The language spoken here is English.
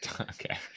Okay